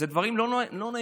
אלה דברים לא נעימים